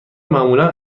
معمولا